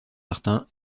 martin